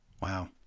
Wow